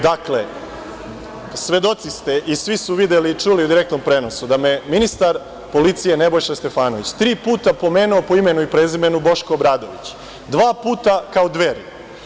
Dakle, svedoci ste i svi su videli i čuli u direktnom prenosu, da me je ministar policije Nebojša Stefanović, tri puta pomenuo po imenu i prezimenu Boško Obradović, dva puta kao Dveri.